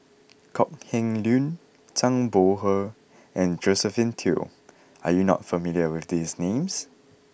Kok Heng Leun Zhang Bohe and Josephine Teo are you not familiar with these names